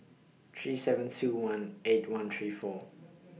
three seven two one eight one three four